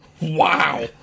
Wow